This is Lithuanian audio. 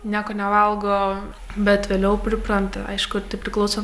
nieko nevalgo bet vėliau pripranta aišku tai priklauso